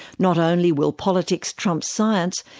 not only will politics trump science,